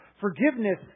Forgiveness